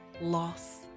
loss